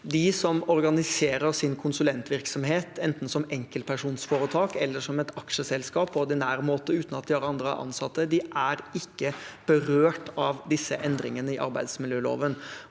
De som organiserer sin konsulentvirksomhet enten som enkeltpersonforetak eller som et aksjeselskap, på ordinær måte, uten at de har andre ansatte, er ikke berørt av disse endringene i arbeidsmiljøloven,